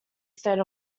state